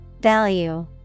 Value